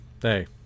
hey